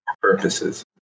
Purposes